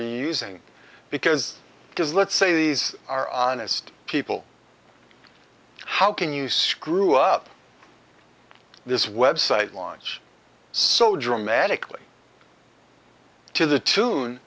because because let's say these are honest people how can you screw up this website launch so dramatically to the tune